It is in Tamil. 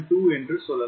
772 என்று சொல்லலாம்